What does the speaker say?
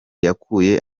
yakuye